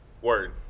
Word